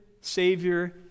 savior